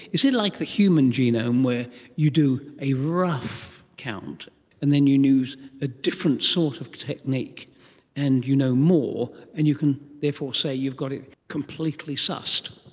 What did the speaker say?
is it like the human genome where you do a rough count and then you use a different sort of technique and you know more and you can therefore say you've got it completely sussed?